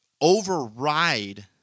override